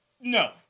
No